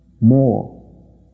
more